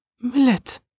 millet